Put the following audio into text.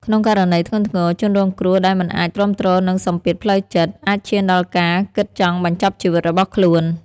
ក្នុងករណីធ្ងន់ធ្ងរ ជនរងគ្រោះដែលមិនអាចទ្រាំទ្រនឹង សម្ពាធផ្លូវចិត្ត អាចឈានដល់ការ គិតចង់បញ្ចប់ជីវិតរបស់ខ្លួន។